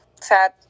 Sad